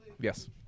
yes